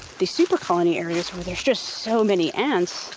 the super colony areas where there's just so many ants,